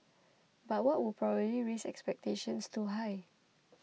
but that would probably raise expectations too high